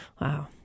Wow